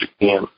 again